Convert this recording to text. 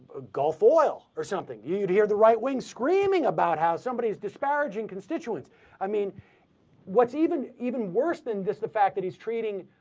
ah golf oral or something you'd hear the right wing screaming about how somebody's disparaging constituents i mean what's even even worse than does the fact that he's treating